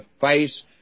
face